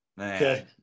Okay